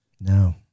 No